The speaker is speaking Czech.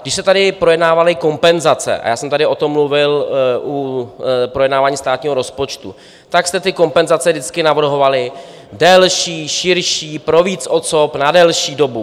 Když se tady projednávaly kompenzace a já jsem tady o tom mluvil u projednávání státního rozpočtu tak jste ty kompenzace vždycky navrhovali delší, širší, pro víc osob, na delší dobu.